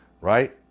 right